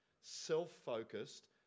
self-focused